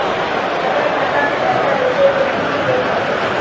अगर खाता में पैसा लेबे ते की की देल पड़ते?